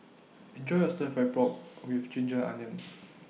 Enjoy your Stir Fried Pork with Ginger Onions